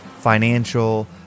financial